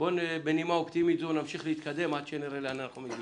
בנימה אופטימית זו נמשיך להתקדם ונראה לאן אנחנו מגיעים.